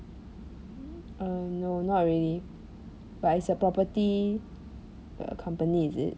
err no not really but it's a property err company is it